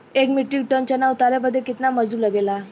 एक metric ton चना उतारे बदे कितना मजदूरी लगे ला?